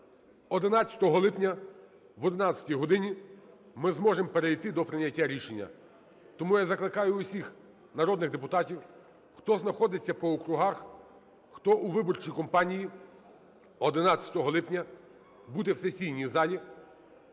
11 липня об 11 годині ми зможемо перейти до прийняття рішення. Тому я закликаю усіх народних депутатів, хто знаходиться по округах, хто у виборчій кампанії, 11 липня бути в сесійній залі,